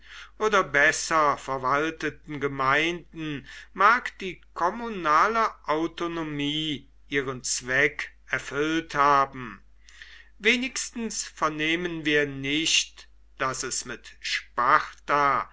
oder besser verwalteten gemeinden mag die kommunale autonomie ihren zweck erfüllt haben wenigstens vernehmen wir nicht daß es mit sparta